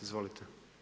Izvolite.